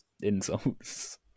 insults